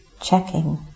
checking